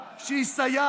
לקחתם מסנדרה, שהיא סייעת,